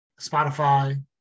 Spotify